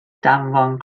danfon